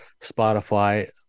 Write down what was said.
Spotify